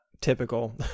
typical